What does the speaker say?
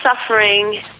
suffering